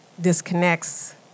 disconnects